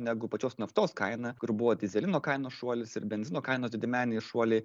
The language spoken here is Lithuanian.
negu pačios naftos kaina kur buvo dyzelino kainos šuolis ir benzino kainos didmeniniai šuoliai